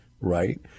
right